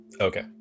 Okay